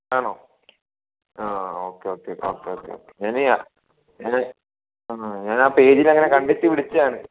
ആണോ okay okay okay okay ഞാൻ ആ പേജിലങ്ങനെ കണ്ടിട്ട് വിളിച്ചാണ്